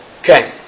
Okay